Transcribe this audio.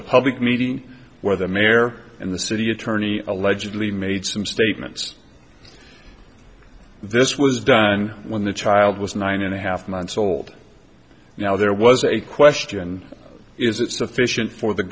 a public meeting where the mare and the city attorney allegedly made some statements this was done when the child was nine and a half months old now there was a question is it sufficient for the